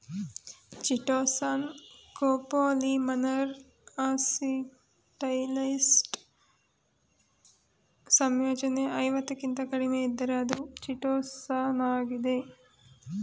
chitosan ಕೋಪೋಲಿಮರ್ನ acetylised ಸಂಯೋಜನೆ ಐವತ್ತಕ್ಕಿಂತ ಕಡಿಮೆಯಿದ್ದರೆ ಅದು ಚಿಟೋಸಾನಾಗಿದೆ